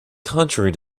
contrary